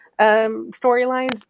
storylines